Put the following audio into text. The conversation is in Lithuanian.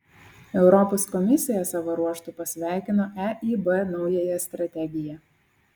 europos komisija savo ruožtu pasveikino eib naująją strategiją